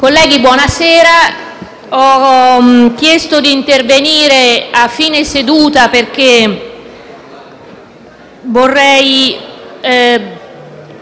Presidente, ho chiesto di intervenire a fine seduta perché vorrei